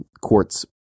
courts